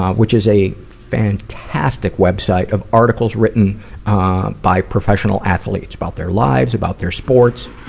um which is a fantastic website of articles written ah by professional athletes, about their lives, about their sports,